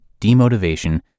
demotivation